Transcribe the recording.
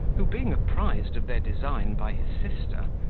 who, being apprised of their design by his sister,